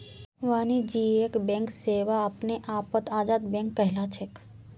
वाणिज्यिक बैंक सेवा अपने आपत आजाद बैंक कहलाछेक